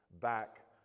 back